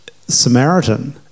Samaritan